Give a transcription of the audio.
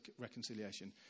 reconciliation